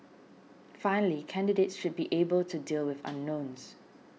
finally candidates should be able to deal with unknowns